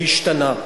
זה השתנה.